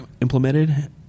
implemented